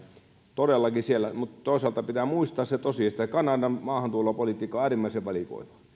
todellakin siellä mutta toisaalta pitää muistaa se tosiasia että kanadan maahantulopolitiikka on äärimmäisen valikoivaa